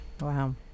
Wow